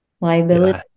Liability